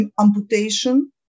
amputation